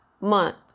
month